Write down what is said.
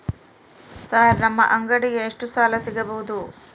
Sir ನಮ್ಮ ಅಂಗಡಿಗೆ ಎಷ್ಟು ಸಾಲ ಸಿಗಬಹುದು?